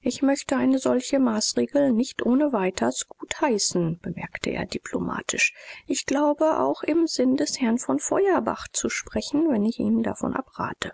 ich möchte eine solche maßregel nicht ohne weiters gutheißen bemerkte er diplomatisch ich glaube auch im sinn des herrn von feuerbach zu sprechen wenn ich ihnen davon abrate